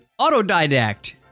autodidact